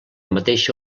mateixa